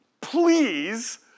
please